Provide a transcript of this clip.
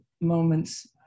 moments